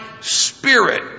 spirit